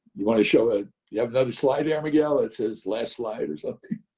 you want to show ah you have another slide there miguel? it's his last slide or something.